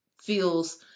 feels